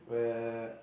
where